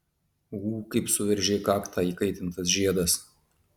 ū kaip suveržė kaktą įkaitintas žiedas